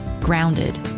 grounded